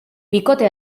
bikote